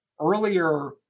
earlier